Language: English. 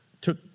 took